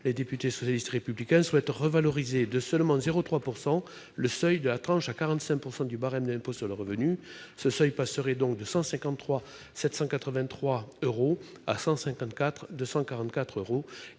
en partie cette réindexation, nous souhaitons revaloriser de seulement 0,3 % le seuil de la tranche à 45 % du barème de l'impôt sur le revenu. Ce seuil passerait donc de 153 783 euros à 154 244 euros,